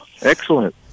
excellent